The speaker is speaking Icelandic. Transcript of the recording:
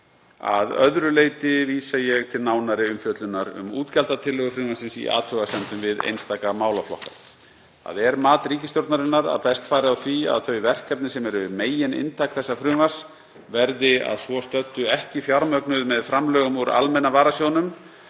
Að öðru leyti vísa ég til nánari umfjöllunar um útgjaldatillögur frumvarpsins í athugasemdum við einstaka málaflokka. Það er mat ríkisstjórnarinnar að best fari á því að þau verkefni sem eru megininntak þessa frumvarps verði að svo stöddu ekki fjármögnuð með framlögum úr almenna varasjóðnum